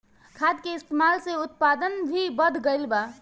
खाद के इस्तमाल से उत्पादन भी बढ़ गइल बा